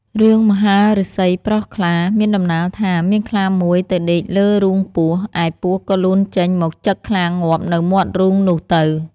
រឿង មហាឫសីប្រោសខ្លា មានដំណាលថា មានខ្លាមួយទៅដេកលើរូងពស់ ឯពស់ក៏លូនចេញមកចឹកខ្លាងាប់នៅមាត់រូងនោះទៅ។